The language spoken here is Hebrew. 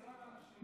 זה משתלם,